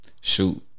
shoot